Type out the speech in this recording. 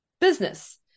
business